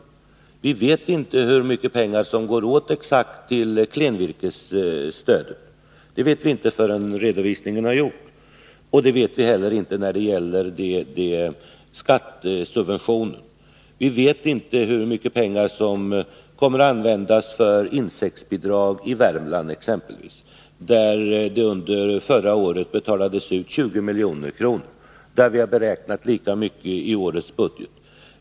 Vi vet inte exakt hur mycket pengar det går åt till klenvirkesstöd, det vet vi inte förrän redovisningen är gjord. Detsamma gäller skattesubventionerna. Vi vet inte hur mycket pengar som kommer att användas för insektsbidrag i exempelvis Värmland, där det förra året betalades ut 20 milj.kr. och där vi har beräknat lika mycket i årets budget.